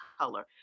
color